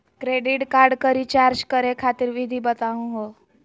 Credit card क recharge करै खातिर विधि बताहु हो?